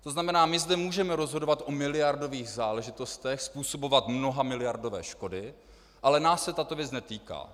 To znamená, my zde můžeme rozhodovat o miliardových záležitostech, způsobovat mnohamiliardové škody, ale nás se tato věc netýká.